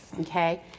Okay